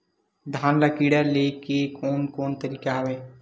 धान ल कीड़ा ले के कोन कोन तरीका हवय?